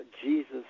Jesus